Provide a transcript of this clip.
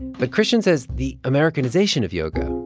but christian says the americanization of yoga,